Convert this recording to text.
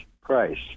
price